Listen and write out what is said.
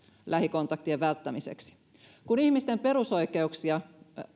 lähikontaktien välttämiseksi kun ihmisten perusoikeuksia